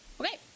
Okay